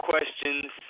questions